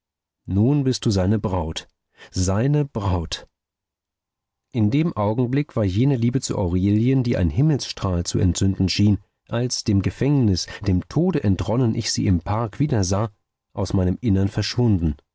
nun bist du seine braut seine braut in dem augenblick war jene liebe zu aurelien die ein himmelsstrahl zu entzünden schien als dem gefängnis dem tode entronnen ich sie im park wiedersah aus meinem innern verschwunden